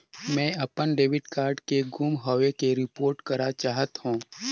मैं अपन debit card के गुम होवे के रिपोर्ट करा चाहत हों